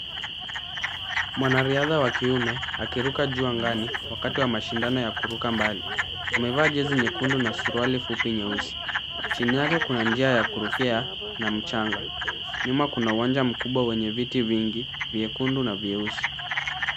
Mwanariadha wa kiume akiruka juu angani wakati wa mashindano ya kuruka mbali. Amevaa jezi nyekundu na suruali fupi nyeusi. Chini yake kuna njia ya kurukia na mchanga. Nyuma kuna uwanja mkubwa wenye viti vingi vyekundu na vyeusi.